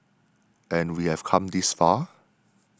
and we have come this far